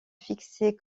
fixer